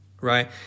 right